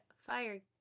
fire